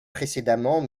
précédemment